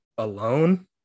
alone